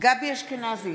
גבי אשכנזי,